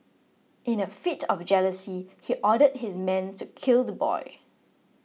in a fit of jealousy he ordered his men to kill the boy